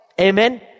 Amen